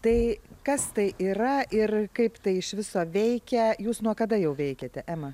tai kas tai yra ir kaip tai iš viso veikia jūs nuo kada jau veikiate ema